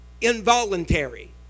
involuntary